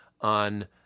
on